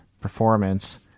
performance